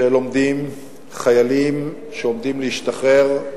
חיילים שעומדים להשתחרר,